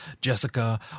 Jessica